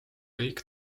kõik